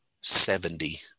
Seventy